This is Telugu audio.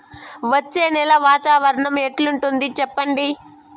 వచ్చే నెల వాతావరణం ఎట్లుంటుంది చెప్పండి?